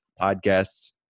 podcasts